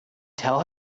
tell